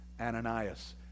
Ananias